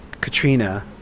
Katrina